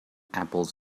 apples